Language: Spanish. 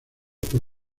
por